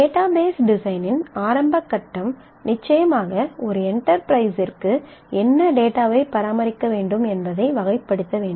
database டிசைனின் ஆரம்ப கட்டம் நிச்சயமாக ஒரு என்டர்ப்ரைஸிற்கு என்ன டேட்டாவைப் பராமரிக்க வேண்டும் என்பதை வகைப்படுத்த வேண்டும்